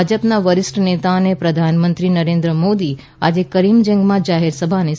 ભાજપના વરિષ્ઠ નેતા અને પ્રધાનમંત્રી નરેન્દ્ર મોદી આજે કરીમજંગમાં જાહેર સભાને સંબોધશે